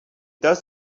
does